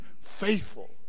faithful